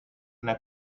una